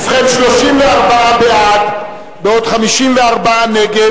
ובכן, 34 בעד, בעוד 54 נגד.